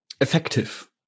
effective